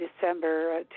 December